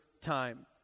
time